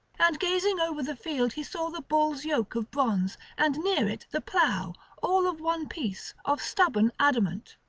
and gazing over the field he saw the bulls' yoke of bronze and near it the plough, all of one piece, of stubborn adamant.